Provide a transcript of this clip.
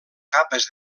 capes